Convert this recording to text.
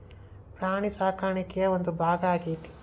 ಪ್ರಾಣಿ ಸಾಕಾಣಿಕೆಯ ಒಂದು ಭಾಗಾ ಆಗೆತಿ